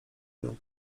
nią